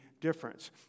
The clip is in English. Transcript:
difference